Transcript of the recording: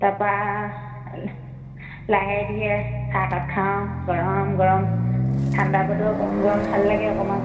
তাৰপৰা লাহে ধীৰে চাহকাপ খাওঁ গৰম গৰম ঠাণ্ডা বতৰ গৰম গৰম ভাল লাগে অকণমান